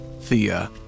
Thea